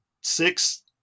Six